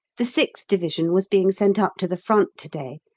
the sixth division was being sent up to the front to-day,